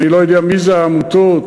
אני לא יודע מי הן העמותות.